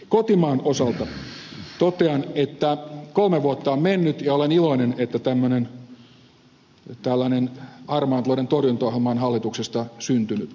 kotimaan osalta totean että kolme vuotta on mennyt ja olen iloinen että tällainen harmaan talouden torjuntaohjelma on hallituksesta syntynyt